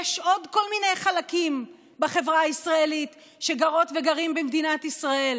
יש עוד כל מיני חלקים בחברה הישראלית שגרות וגרים במדינת ישראל,